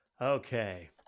Okay